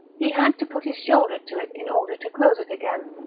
he had to put his shoulder to it in order to close it again.